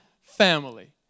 family